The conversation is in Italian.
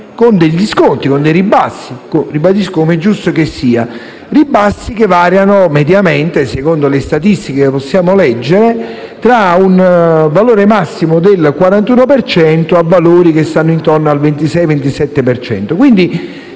affidamenti con dei ribassi, com'è giusto che sia, ribassi che variano mediamente, secondo le statistiche che possiamo leggere, tra un valore massimo del 41 per cento e valori che stanno intorno al 26-27